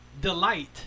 delight